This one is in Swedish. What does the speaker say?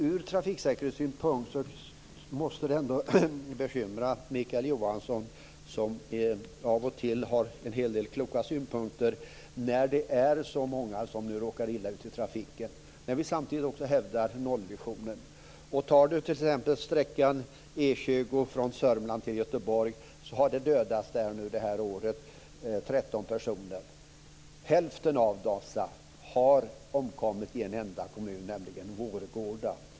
Ur trafiksäkerhetssynpunkt måste det ändå bekymra Mikael Johansson, som av och till har en del kloka synpunkter, att så många råkar illa ut i trafiken, när vi samtidigt hävdar nollvisionen. Låt oss ta sträckan E 20 från Sörmland till Göteborg. Där har det under det här året dödats 13 personer. Hälften av dessa har omkommit i en enda kommun, nämligen Vårgårda.